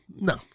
no